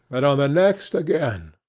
and on the next again.